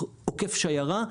עוקף שיירה,